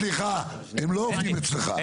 סליחה, הם לא עובדים אצלך.